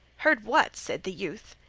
heard what? said the youth.